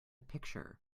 picture